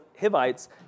Hivites